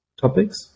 topics